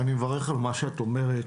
אני מברך על מה שאת אומרת,